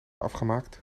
afgemaakt